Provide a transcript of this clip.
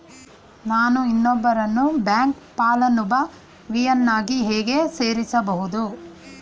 ನಾನು ಇನ್ನೊಬ್ಬರನ್ನು ಬ್ಯಾಂಕ್ ಫಲಾನುಭವಿಯನ್ನಾಗಿ ಹೇಗೆ ಸೇರಿಸಬಹುದು?